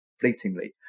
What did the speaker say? fleetingly